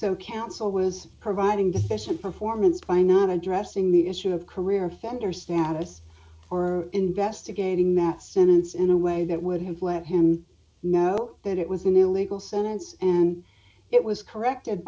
so council was providing deficient performance by not addressing the issue of career offender status or investigating mat sentence in a way that would have let him know that it was an illegal sentence and it was corrected